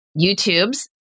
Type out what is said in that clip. YouTubes